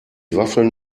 waffeln